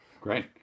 Great